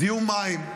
זיהום מים,